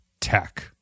tech